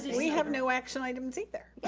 we have no action items, either.